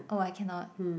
oh I cannot